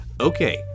okay